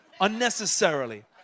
unnecessarily